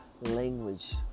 language